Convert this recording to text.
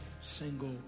single